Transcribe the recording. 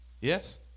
Yes